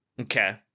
Okay